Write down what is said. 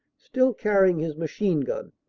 still carrying his machine gun,